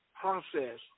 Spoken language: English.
process